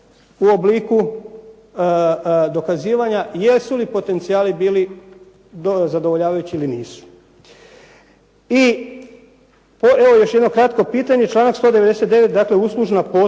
u obliku dokazivanja jesu li potencijali bili zadovoljavajući ili nisu. I evo još jedno kratko pitanje, članak 199. dakle uslužna područja